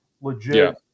legit